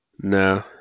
No